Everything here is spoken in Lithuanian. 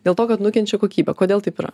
dėl to kad nukenčia kokybė kodėl taip yra